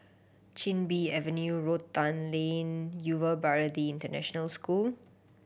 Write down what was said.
Chin Bee Avenue Rotan Lane Yuva Bharati International School